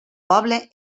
poble